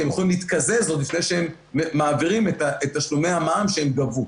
כי הם יכולים להתקזז עוד לפני שהם מעבירים את תשלומי המע"מ שהם גבו,